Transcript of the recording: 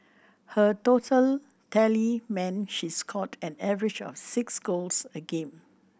her total tally meant she scored an average of six goals a game